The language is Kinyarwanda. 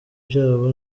byabo